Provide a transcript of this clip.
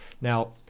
Now